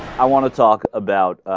i want to talk about ah.